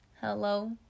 Hello